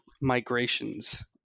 migrations